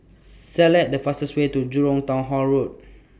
Select The fastest Way to Jurong Town Hall Road